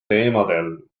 teemadel